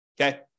okay